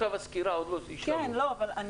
יש סוגיות שונות, לא לכל האוכלוסיות.